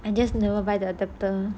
I just never buy the adapter